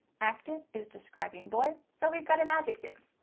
active is describing boy. so we've got an adjective.